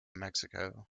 mexico